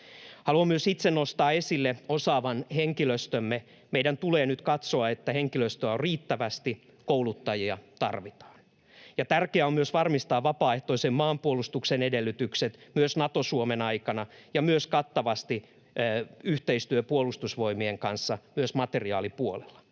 Haluan myös itse nostaa esille osaavan henkilöstömme. Meidän tulee nyt katsoa, että henkilöstöä on riittävästi — kouluttajia tarvitaan. Ja tärkeää on varmistaa vapaaehtoisen maanpuolustuksen edellytykset myös Nato-Suomen aikana ja kattavasti yhteistyö Puolustusvoimien kanssa myös materiaalipuolella.